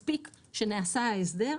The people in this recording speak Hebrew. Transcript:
מספיק שנעשה ההסדר,